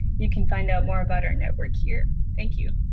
you can find out more about our network here. thank you.